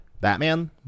Batman